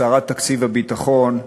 סערת תקציב הביטחון,